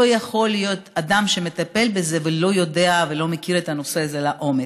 לא יכול להיות אדם שמטפל בזה ולא יודע ולא מכיר את הנושא הזה לעומק.